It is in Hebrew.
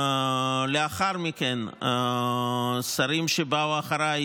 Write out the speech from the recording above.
לאחר מכן השרים שבאו אחריי,